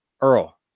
Earl